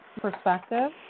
perspective